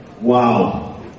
wow